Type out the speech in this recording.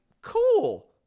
Cool